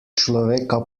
človeka